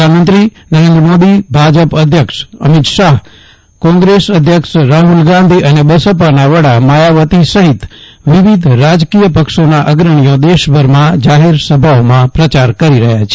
પ્રધાનમંત્રી નરેન્દ્ર મોદી ભાજપ અધ્યક્ષ અમિત શાહ કોગ્રેસ અધ્યક્ષ રાહુલ ગાંધી અને બસપાના વડા માયાવતી સહિત વિવિધ રાજકીય પક્ષોના અગ્રણીઓ દેશભરમાં જાહેર સભાઓમાં પ્રચાર કરી રહ્યા છે